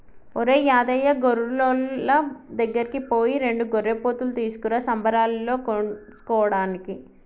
ఒరేయ్ యాదయ్య గొర్రులోళ్ళ దగ్గరికి పోయి రెండు గొర్రెపోతులు తీసుకురా సంబరాలలో కోసుకోటానికి